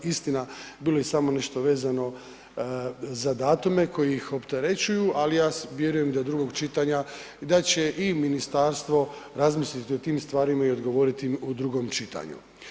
Istina, bilo je samo nešto vezano za datume koji ih opterećuju, ali ja vjerujem do drugog čitanja da će i ministarstvo razmisliti o tim stvarima i odgovoriti im u drugom čitanju.